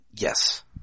Yes